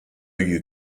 you